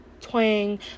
twang